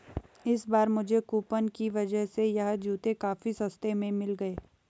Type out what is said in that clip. इस बार मुझे कूपन की वजह से यह जूते काफी सस्ते में मिल गए